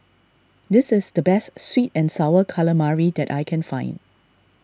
this is the best Sweet and Sour Calamari that I can find